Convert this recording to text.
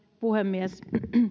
puhemies